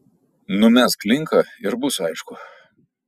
numesk linką ir bus aišku